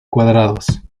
cuadrados